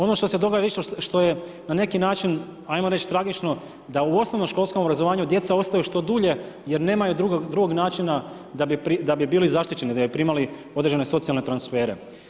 Ono što se događa, isto što je na neki način ajmo reći tragično da u osnovnoškolskom obrazovanju djeca ostaju što dulje jer nemaju drugog načina da bi bili zaštićeni, da bi primali određene socijalne transfere.